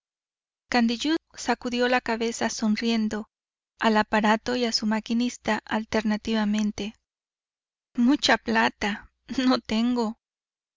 candiyú sacudió la cabeza sonriendo al aparato y a su maquinista alternativamente mucha plata no tengo